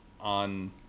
on